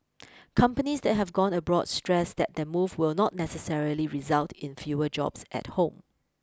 companies that have gone abroad stressed that their move will not necessarily result in fewer jobs at home